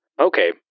Okay